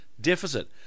deficit